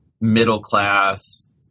middle-class